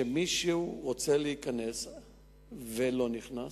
שמישהו רוצה להיכנס ולא נכנס.